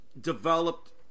developed